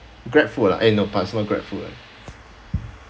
Grabfood ah eh no parts won't Grabfood eh